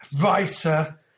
writer